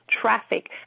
traffic